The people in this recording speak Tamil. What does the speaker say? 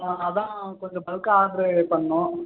ஆ அதுதான் கொஞ்சம் பல்க்காக ஆர்ட்ரு பண்ணணும்